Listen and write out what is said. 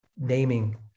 Naming